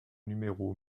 numéro